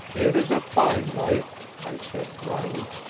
it is a fine life, i said dryly.